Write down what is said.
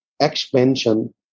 expansion